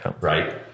right